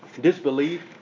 disbelief